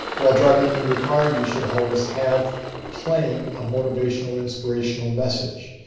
while driving in your car, you should always have playing a motivational, inspirational message.